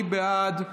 מי בעד?